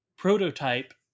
prototype